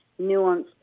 nuanced